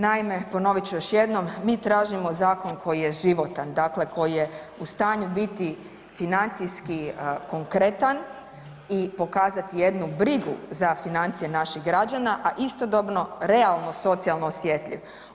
Naime, ponovit ću još jednom mi tražimo zakon koji je životan, koji je u stanju biti financijski konkretan i pokazati jednu brigu za financije naših građana, a istodobno realno socijalno osjetljiv.